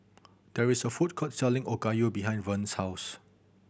there is a food court selling Okayu behind Verner's house